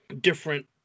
different